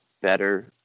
better